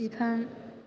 बिफां